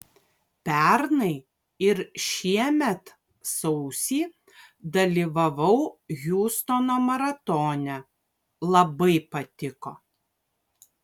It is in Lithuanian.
pernai ir šiemet sausį dalyvavau hiūstono maratone labai patiko